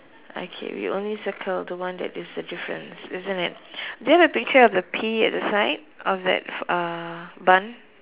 okay we only circle the one that is the difference isn't it do you have the picture of the pea at the side of that uh bun